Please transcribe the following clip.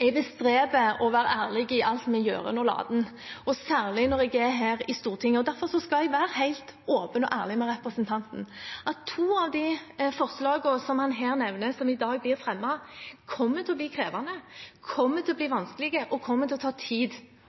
Jeg bestreber meg på å være ærlig i all min gjøren og laden, og særlig når jeg er her i Stortinget. Derfor skal jeg være helt åpen og ærlig med representanten. To av de forslagene som han her nevner som i dag blir fremmet, kommer til å bli krevende, kommer til å bli vanskelige og kommer til å ta tid